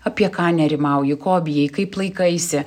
apie ką nerimauji ko bijai kaip laikaisi